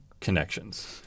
connections